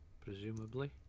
Presumably